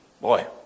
Boy